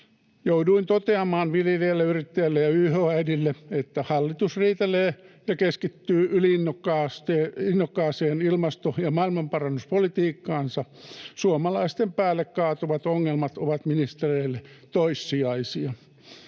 Jouduin toteamaan viljelijälle, yrittäjälle ja yh-äidille, että hallitus riitelee ja keskittyy yli-innokkaaseen ilmasto- ja maailmanparannuspolitiikkaansa. Suomalaisten päälle kaatuvat ongelmat ovat ministereille toissijaisia.